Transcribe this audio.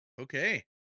Okay